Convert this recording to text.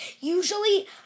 usually